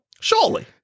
Surely